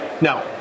No